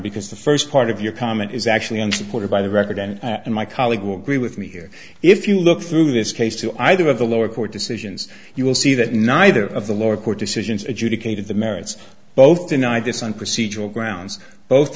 because the first part of your comment is actually unsupported by the record and my colleague who agree with me here if you look through this case to either of the lower court decisions you will see that neither of the lower court decisions adjudicated the merits both denied this on procedural grounds both